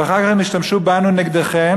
ואחר כך הם ישתמשו בנו נגדכם.